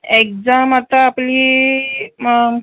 exam आता आपली मग